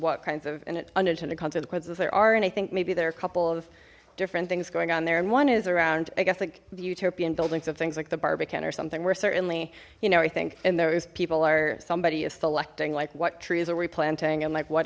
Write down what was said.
what kinds of unintended consequences there are and i think maybe there are a couple of different things going on there and one is around i guess like the utopian buildings of things like the barbican or something we're certainly you know i think and those people are somebody is selecting like what trees are we planting and like what